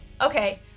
okay